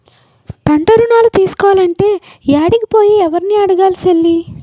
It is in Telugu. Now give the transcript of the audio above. పంటరుణాలు తీసుకోలంటే యాడికి పోయి, యెవుర్ని అడగాలి సెల్లీ?